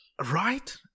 Right